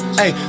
hey